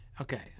Okay